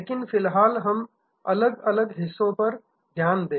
लेकिन फिलहाल हम अलग अलग हिस्सों पर ध्यान दें